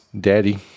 daddy